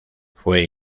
fue